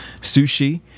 sushi